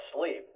sleep